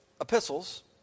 epistles